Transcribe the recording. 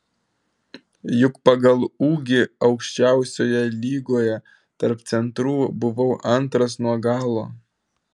juk pagal ūgį aukščiausioje lygoje tarp centrų buvau antras nuo galo